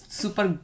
super